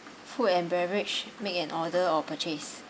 food and beverage make an order or purchase